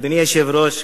אדוני היושב-ראש,